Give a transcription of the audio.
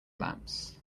lamps